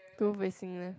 two facing left